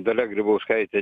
dalia grybauskaitė